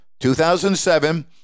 2007